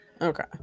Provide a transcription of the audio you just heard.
Okay